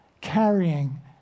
carrying